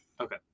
Okay